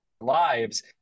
lives